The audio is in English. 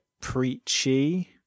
preachy